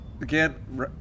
again